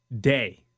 Day